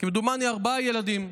כמדומני ארבעה ילדים,